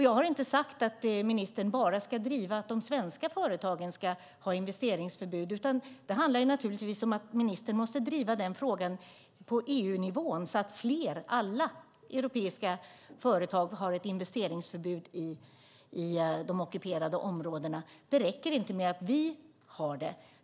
Jag har inte sagt att ministern ska driva att bara de svenska företagen ska ha investeringsförbud. Ministern måste naturligtvis driva den frågan på EU-nivån, så att fler - alla - europeiska företag har investeringsförbud i de ockuperade områdena. Det räcker inte med att vi har det.